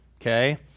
Okay